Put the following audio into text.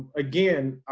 again,